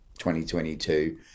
2022